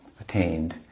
attained